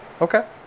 Okay